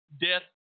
death